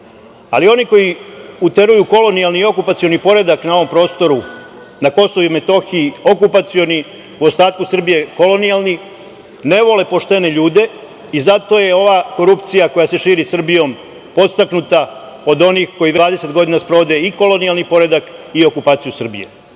ali oni koji uteruju kolonijalni i okupacioni poredak na ovom prostoru, na KiM okupacioni, u ostatku Srbije kolonijalni ne vole poštene ljude i zato je ova korupcija koja se širi Srbijom podstaknuta od onih koji već 20 godina sprovode i kolonijalni poredak i okupaciju Srbije. Tako